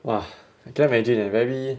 !wah! I cannot imagine leh very